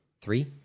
Three